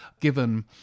given